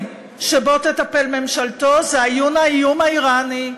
שבו תטפל ממשלתו הוא האיום האיראני,